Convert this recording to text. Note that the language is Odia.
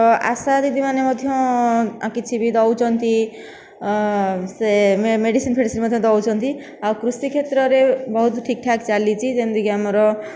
ତ ଆଶା ଦିଦି ମାନେ ମଧ୍ୟ କିଛି ବି ଦେଉଛନ୍ତି ସେ ମେଡ଼ିସିନ ଫେଡ଼ିସିନ ମଧ୍ୟ ଦେଉଛନ୍ତି ଆଉ କୃଷି କ୍ଷେତ୍ରରେ ବହୁତ ଠିକ ଠାକ ଚାଲିଛି ଯେମିତି କି ଆମର